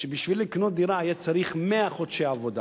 כשבשביל לקנות דירה היה צריך 100 חודשי עבודה,